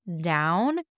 down